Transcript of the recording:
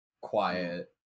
quiet